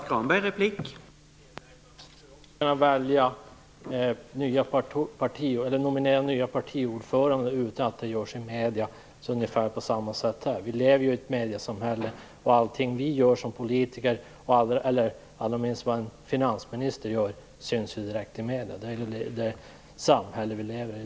Herr talman! Man borde också kunna nominera nya partiordförande utan att det görs i medierna. Det är ungefär på samma sätt där: Vi lever i ett mediesamhälle, och allt vi gör som politiker - allra helst vad en finansminister gör - syns ju direkt i medierna. Det är det samhälle vi lever i.